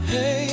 Hey